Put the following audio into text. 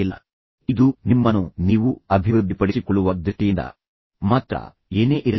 ಇದು ನಿಮ್ಮ ಸ್ವಂತ ಹಿತಾಸಕ್ತಿಯ ಮೇಲೆ ಮಾತ್ರ ನಿಮ್ಮನ್ನು ನೀವು ಅಭಿವೃದ್ಧಿಪಡಿಸಿಕೊಳ್ಳುವ ದೃಷ್ಟಿಯಿಂದ ಮಾತ್ರ ಏನೇ ಇರಲಿ